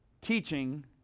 teaching